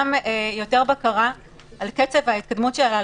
יותר בקרה על קצב ההתקדמות של ההליכים.